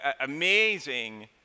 amazing